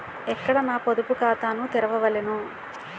ఎక్కడ నా పొదుపు ఖాతాను తెరవగలను?